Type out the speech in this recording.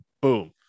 Boom